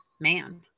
man